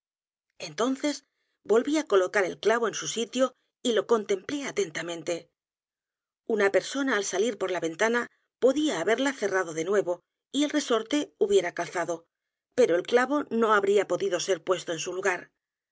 entonces volví á colocar el clavo en su sitio y lo contemplé atentamente una persona al salir por l a v e n t a n a podía haberla cerrado de nuevo y el resorte hubiera calzado pero el clavo no habría podido ser puesto en su lugar